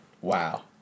Wow